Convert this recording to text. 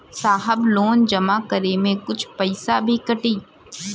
साहब लोन जमा करें में कुछ पैसा भी कटी?